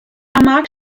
amak